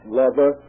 lover